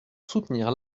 soutenir